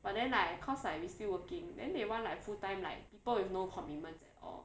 but then like because like we still working then they want like full time like people with no commitments at all